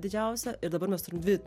didžiausia ir dabar mes dvi